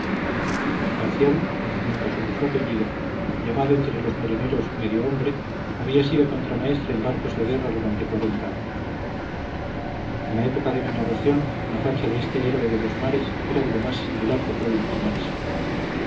apellido llamado entre los marineros medio hombre había sido contramaestre en barcos de guerra durante cuarenta años en la época de mi narración la facha de este héroe de los mares era de lo más singular que puede imaginarse